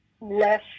less